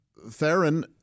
Theron